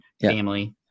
family